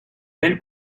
elle